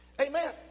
Amen